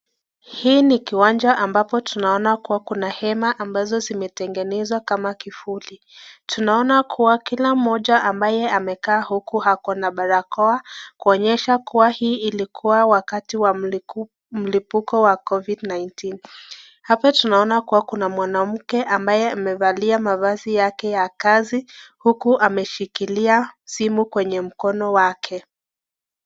Hii ni kiwanja ambapo tunaona kuwa kuna hema ambazo zimetengenezwa kama kifuli . Tunaona kuwa kila moja ambaye amekaa huku akona ako na barakoa kuonyesha hii ilikuwa wakati wa mlipuko wa covid -19 . Hapa tunaona kuwa kuna mwanamke ambaye amevalia mavazi yake ya kazi, huku ameshikilia simu Kwa mkono yake.